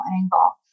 angle